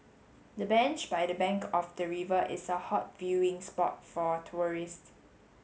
the bench by the bank of the river is a hot viewing spot for tourists